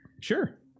Sure